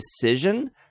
decision